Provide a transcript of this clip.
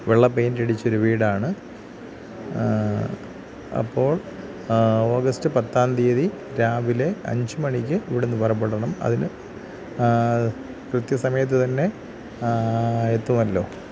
വെള്ള പെയിൻറ് അടിച്ച ഒരു വീടാണ് അപ്പോൾ ഓഗസ്റ്റ് പത്താം തീയ്യതി രാവിലെ അഞ്ച് മണിക്ക് ഇവിടുന്ന് പുറപ്പെടണം അതിന് കൃത്യ സമയത്ത് തന്നെ എത്തുമല്ലോ